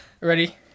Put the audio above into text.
Ready